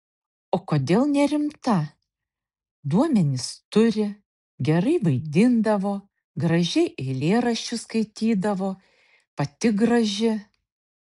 o kodėl nerimta duomenis turi gerai vaidindavo gražiai eilėraščius skaitydavo pati graži